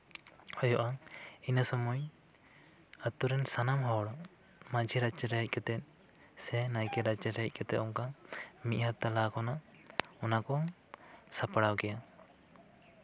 ᱦᱩᱭᱩᱜᱼᱟ ᱤᱱᱟᱹ ᱥᱚᱢᱚᱭ ᱟᱛᱳ ᱨᱮᱱ ᱥᱟᱱᱟᱢ ᱦᱚᱲ ᱢᱟᱺᱡᱷᱤ ᱨᱟᱪᱟᱨᱮ ᱦᱮᱡ ᱠᱟᱛᱮ ᱥᱮ ᱱᱟᱭᱠᱮ ᱨᱟᱪᱟᱨᱮ ᱦᱮᱡ ᱠᱟᱛᱮ ᱚᱱᱠᱟ ᱢᱤᱫ ᱦᱟᱯᱛᱟ ᱞᱟᱦᱟ ᱠᱷᱚᱱᱟᱜ ᱚᱱᱟ ᱠᱚ ᱥᱟᱯᱲᱟᱣ ᱜᱮᱭᱟ